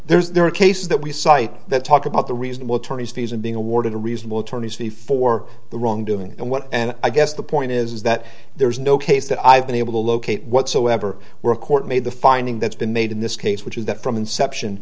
where there are cases that we cite that talk about the reasonable tourney season being awarded a reasonable tourney see for the wrongdoing and what and i guess the point is that there is no case that i've been able to locate whatsoever were a court made the finding that's been made in this case which is that from inception